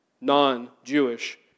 non-Jewish